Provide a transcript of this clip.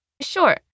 Sure